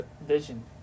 vision